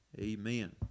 Amen